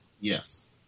Yes